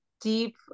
deep